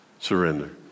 surrender